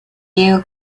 diego